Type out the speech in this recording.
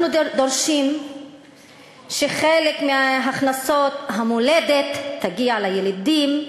אנחנו דורשים שחלק מהכנסות המולדת יגיע לילידים,